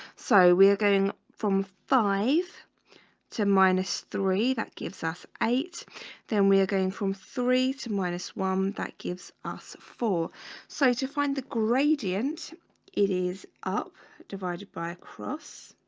so we are going from five to minus three that gives us eight then we going from three to minus one that gives us four so to find the gradient it is up divided by a cross